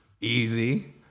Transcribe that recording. Easy